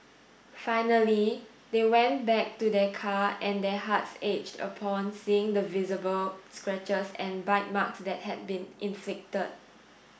finally they went back to their car and their hearts aged upon seeing the visible scratches and bite marks that had been inflicted